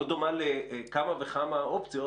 לא דומה לכמה וכמה אופציות.